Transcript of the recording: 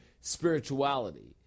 spirituality